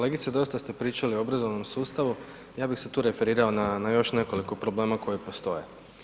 Kolegice dosta ste pričali o obrazovnom sustavu, ja bih se tu referirao na još nekoliko problema koji postoje.